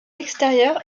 l’extérieur